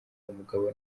umugabo